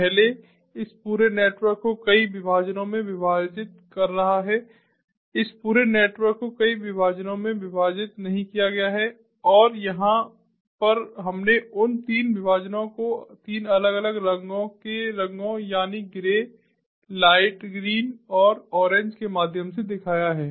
पहले इस पूरे नेटवर्क को कई विभाजनों में विभाजित कर रहा है इस पूरे नेटवर्क को कई विभाजनों में विभाजित नहीं किया गया है और यहाँ पर हमने उन तीन विभाजनों को तीन अलग अलग रंगों के रंगों यानि ग्रे लाइट ग्रीन और ऑरेंज के माध्यम से दिखाया है